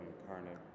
incarnate